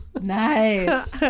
Nice